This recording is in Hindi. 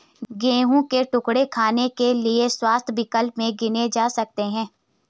गेहूं के टुकड़े खाने के लिए स्वस्थ विकल्प में गिने जा सकते हैं